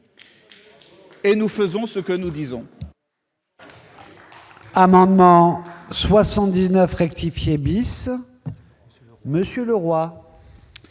et nous faisons ce que nous disons.